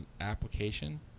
application